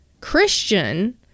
Christian